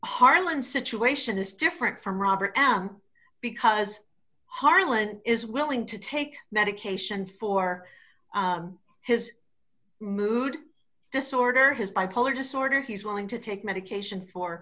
harlan situation is different from robert because harlan is willing to take medication for his mood disorder his bipolar disorder he's willing to take medication for